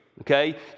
okay